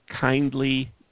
kindly